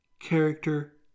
character